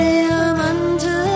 Diamante